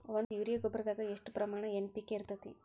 ಒಂದು ಯೂರಿಯಾ ಗೊಬ್ಬರದಾಗ್ ಎಷ್ಟ ಪ್ರಮಾಣ ಎನ್.ಪಿ.ಕೆ ಇರತೇತಿ?